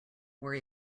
worry